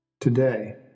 Today